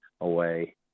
away